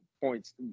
points